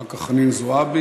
אחר כך חנין זועבי,